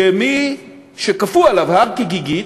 כמי שכפו עליו הר כגיגית,